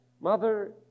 Mother